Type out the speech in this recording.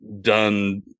done